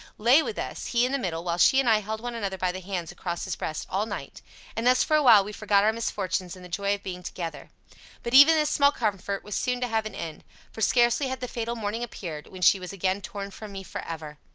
lay with us, he in the middle, while she and i held one another by the hands across his breast all night and thus for a while we forgot our misfortunes in the joy of being together but even this small comfort was soon to have an end for scarcely had the fatal morning appeared, when she was again torn from me for ever!